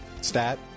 stat